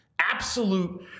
absolute